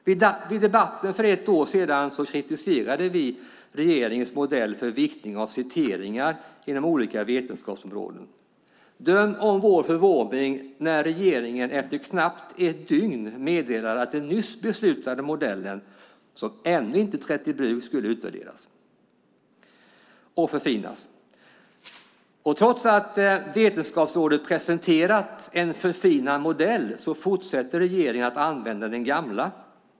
Vid debatten för ett år sedan kritiserade vi regeringens modell för viktning av citeringar inom olika vetenskapsområden. Döm om vår förvåning när regeringen efter knappt ett dygn meddelade att den nyss beslutade modellen, som ännu inte trätt i bruk, skulle utvärderas och förfinas. Trots att Vetenskapsrådet presenterat en förfinad modell fortsätter regeringen att använda den gamla.